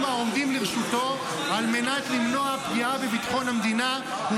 העומדים לרשותו על מנת למנוע פגיעה בביטחון המדינה,